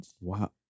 Wow